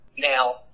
Now